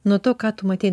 nuo to ką tu matei